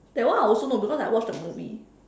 that one I also know because I watch the movie